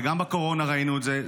וגם בקורונה ראינו את זה,